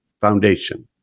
Foundation